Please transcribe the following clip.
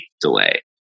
delay